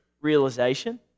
realization